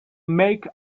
make